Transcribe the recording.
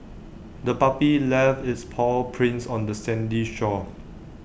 the puppy left its paw prints on the sandy shore